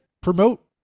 promote